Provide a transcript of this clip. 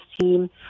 team